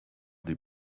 des